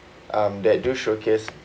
um that do showcase